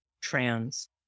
trans